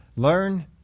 Learn